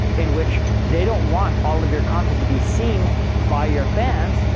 in which they don't want all of your content to be seen by your fans,